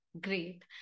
Great